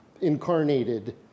incarnated